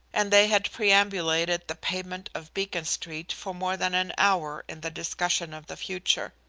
and they had perambulated the pavement of beacon street for more than an hour in the discussion of the future.